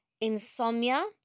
insomnia